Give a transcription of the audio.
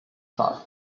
trust